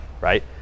right